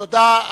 תודה.